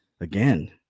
Again